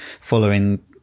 following